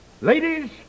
ladies